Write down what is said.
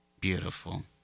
Beautiful